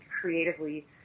creatively